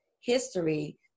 history